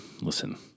listen